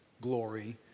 glory